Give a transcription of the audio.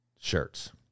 shirts